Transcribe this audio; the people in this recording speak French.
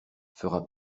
fera